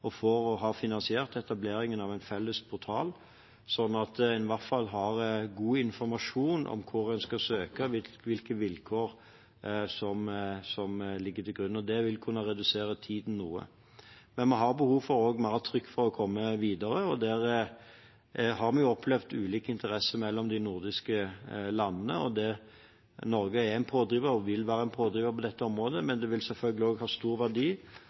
finansiert etableringen av en felles portal, slik at en i hvert fall skal ha god informasjon om hvor en skal søke, og hvilke vilkår som ligger til grunn. Det vil kunne redusere tiden noe. Vi har behov for mer trykk for å komme videre. Vi har opplevd ulike interesser mellom de nordiske landene. Norge er og vil være en pådriver på dette området. Men det vil selvfølgelig også ha stor verdi